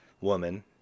woman